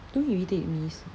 don't irritate me